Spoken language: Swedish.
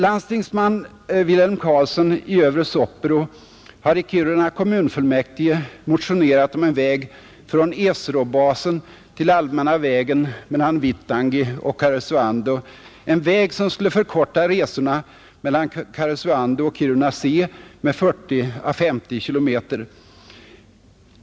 Landstingsman Wilhelm Karlsson i Övre Soppero har i Kiruna kommunfullmäktige motionerat om en väg från ESRO-basen till allmänna vägen mellan Vittangi och Karesuando, en väg som skulle förkorta resorna mellan Karesuando och Kiruna C med 40 å 50 km.